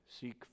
seek